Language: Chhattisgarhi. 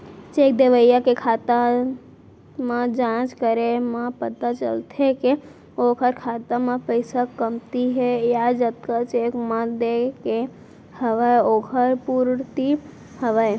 चेक देवइया के खाता म जाँच करे म पता चलथे के ओखर खाता म पइसा कमती हे या जतका चेक म देय के हवय ओखर पूरति हवय